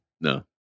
No